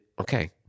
okay